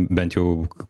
bent jau